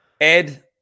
Ed